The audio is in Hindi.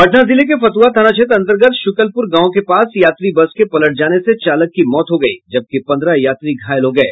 पटना जिले के फतुहा थाना क्षेत्र अंतर्गत शुकलपुर गांव के पास यात्री बस के पलट जाने से चालक की मौत हो गयी जबकि पंद्रह यात्री घायल हो गये